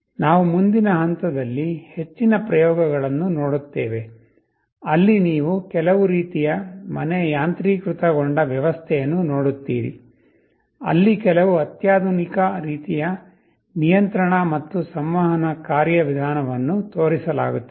ನಾವು ಮುಂದಿನ ಹಂತದಲ್ಲಿ ಹೆಚ್ಚಿನ ಪ್ರಯೋಗಗಳನ್ನು ನೋಡುತ್ತೇವೆ ಅಲ್ಲಿ ನೀವು ಕೆಲವು ರೀತಿಯ ಮನೆ ಯಾಂತ್ರೀಕೃತಗೊಂಡ ವ್ಯವಸ್ಥೆಯನ್ನು ನೋಡುತ್ತೀರಿ ಅಲ್ಲಿ ಕೆಲವು ಅತ್ಯಾಧುನಿಕ ರೀತಿಯ ನಿಯಂತ್ರಣ ಮತ್ತು ಸಂವಹನ ಕಾರ್ಯವಿಧಾನವನ್ನು ತೋರಿಸಲಾಗುತ್ತದೆ